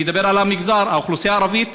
אני אדבר על מגזר האוכלוסייה הערבית,